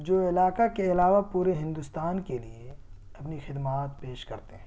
جو علاقہ کے علاوہ پورے ہندوستان کے لیے اپنی خدمات پیش کرتے ہیں